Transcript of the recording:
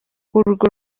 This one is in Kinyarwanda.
urwo